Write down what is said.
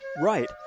right